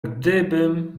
gdybym